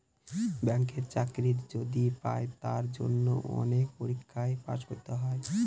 ব্যাঙ্কের চাকরি যদি পাই তার জন্য অনেক পরীক্ষায় পাস করতে হয়